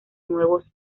nuevos